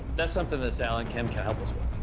that's something that sal and ken can help us with.